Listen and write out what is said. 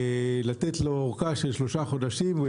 לתת לו אורכה של שלושה חודשים והוא